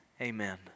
amen